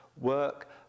work